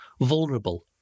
vulnerable